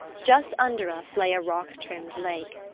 just under us lay a rock-rimmed lake.